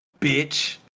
Bitch